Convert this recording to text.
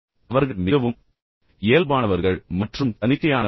அவர்கள் மிகவும் இயல்பானவர்கள் மற்றும் தனிச்சையானவர்கள்